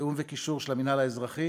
תיאום וקישור של המינהל האזרחי,